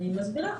אני מסבירה,